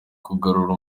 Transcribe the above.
kugarura